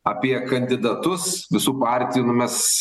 apie kandidatus visų partijų nu mes